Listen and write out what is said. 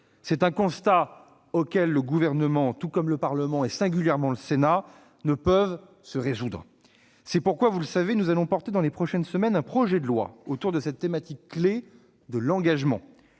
C'est un constat auquel le Gouvernement, tout comme le Parlement, et singulièrement le Sénat, ne peut se résoudre. C'est pourquoi, vous le savez, nous allons porter dans les prochaines semaines un projet de loi autour de cette thématique clé de l'engagement.